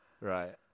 Right